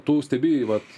tų stebi vat